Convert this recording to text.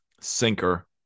Sinker